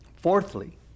Fourthly